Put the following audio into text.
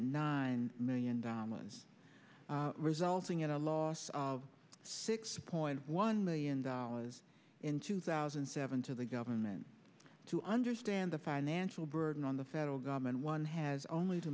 nine million dollars resulting in a loss of six point one million dollars in two thousand and seven to the government to understand the financial burden on the federal government one has only to